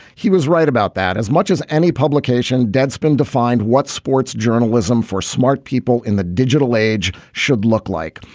he was right about that as much as any publication deadspin defined what sports journalism for smart people in the digital age should look like.